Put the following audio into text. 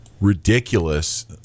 ridiculous